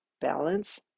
balance